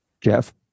Jeff